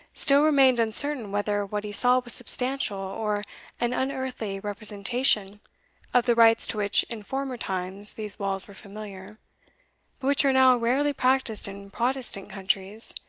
still remained uncertain whether what he saw was substantial, or an unearthly representation of the rites to which in former times these walls were familiar, but which are now rarely practised in protestant countries,